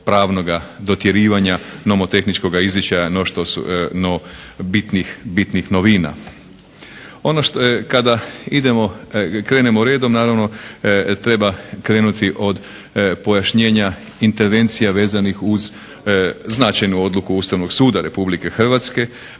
pravnoga dotjerivanja nomotehničkog izričaja no bitnih novina. Ono što, kada idemo, krenemo redom naravno treba krenuti od pojašnjenja intervencija vezanih uz značajnu odluku Ustavnog suda Republike Hrvatske,